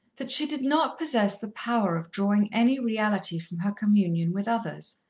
that she did not possess the power of drawing any reality from her communion with others,